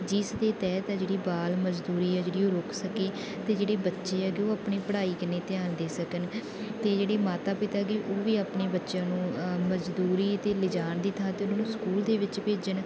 ਜਿਸ ਦੇ ਤਹਿਤ ਆ ਜਿਹੜੀ ਬਾਲ ਮਜ਼ਦੂਰੀ ਹੈ ਜਿਹੜੀ ਉਹ ਰੁਕ ਸਕੇ ਅਤੇ ਜਿਹੜੇ ਬੱਚੇ ਹੈਗੇ ਉਹ ਆਪਣੇ ਪੜ੍ਹਾਈ ਕਨੀ ਧਿਆਨ ਦੇ ਸਕਣ ਤੇ ਜਿਹੜੀ ਮਾਤਾ ਪਿਤਾ ਗੇ ਉਹ ਵੀ ਆਪਣੇ ਬੱਚਿਆਂ ਨੂੰ ਮਜ਼ਦੂਰੀ 'ਤੇ ਲਿਜਾਣ ਦੀ ਥਾਂ 'ਤੇ ਉਹਨਾਂ ਨੂੰ ਸਕੂਲ ਦੇ ਵਿੱਚ ਭੇਜਣ